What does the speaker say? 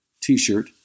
t-shirt